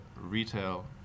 retail